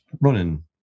running